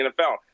NFL